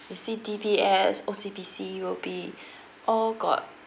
you see D_B_S O_C_B_C U_O_B all got